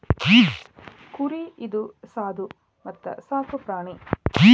ಕುರಿ ಇದು ಸಾದು ಮತ್ತ ಸಾಕು ಪ್ರಾಣಿ